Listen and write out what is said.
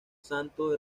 santo